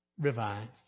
revived